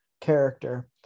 character